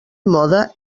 mode